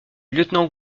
lieutenant